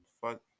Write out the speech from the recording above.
fuck